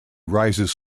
rises